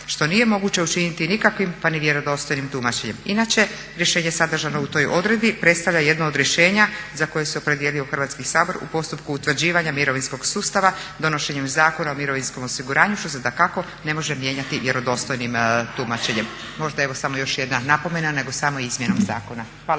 što nije moguće učiniti nikakvim pa ni vjerodostojnim tumačenjem. Inače rješenje sadržano u toj odredbi predstavlja jedno od rješenja za koje se opredijelio Hrvatski sabor u postupku utvrđivanja mirovinskog sustava donošenjem Zakona o mirovinskom osiguranju što se dakako ne može mijenjati vjerodostojnim tumačenjem." Možda evo samo još jedna napomena, nego samo izmjenom zakona.